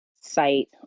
site